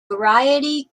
variety